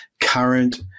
current